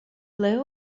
plej